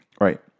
right